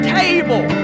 table